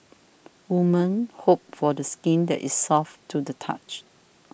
women hope for the skin that is soft to the touch